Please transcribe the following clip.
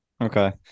Okay